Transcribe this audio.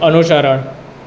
અનુસરણ